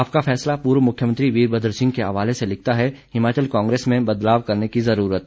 आपका फैसला पूर्व मुख्यमंत्री वीरमद्र सिंह के हवाले से लिखता है हिमाचल कांग्रेस में बदलाव करने की ज़रूरत